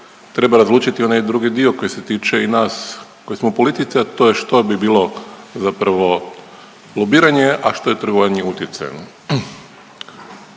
treba razlučiti onaj drugi dio koji se tiče i nas koji smo u politici, a to je što bi bilo zapravo lobiranje, a što je trgovanje utjecajem.